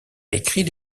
écrit